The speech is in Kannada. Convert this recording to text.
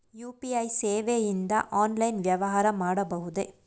ಯು.ಪಿ.ಐ ಸೇವೆಯಿಂದ ಆನ್ಲೈನ್ ವ್ಯವಹಾರ ಮಾಡಬಹುದೇ?